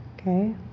Okay